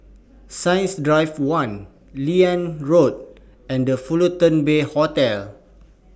Science Drive one Liane Road and The Fullerton Bay Hotel